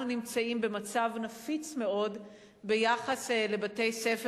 אנחנו נמצאים במצב נפיץ מאוד ביחס לבתי-ספר